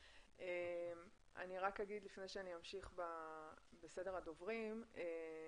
לפני שאני אמשיך בסדר הדוברים אני אומר